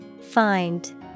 Find